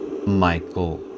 Michael